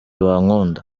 bankunda